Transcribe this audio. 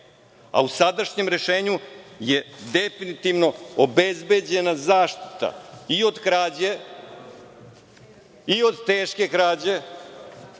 a u sadašnjem rešenju je definitivno obezbeđena zaštita i od krađe i od teške krađe